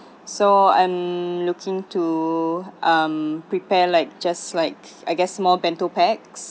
so I'm looking to um prepare like just like I guess more bento packs